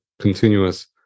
continuous